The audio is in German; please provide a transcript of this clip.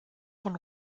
von